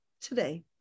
today